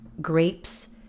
grapes